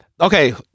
Okay